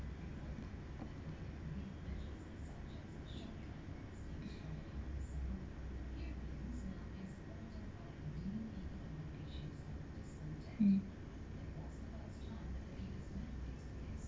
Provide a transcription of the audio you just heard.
mm